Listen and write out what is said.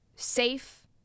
Safe